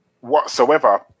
whatsoever